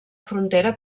frontera